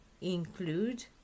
include